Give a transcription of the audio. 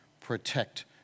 protect